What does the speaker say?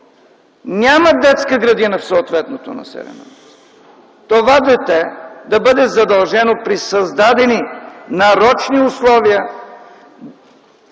няма детска градина в съответното населено място, това дете да бъде задължено при създадените нарочни условия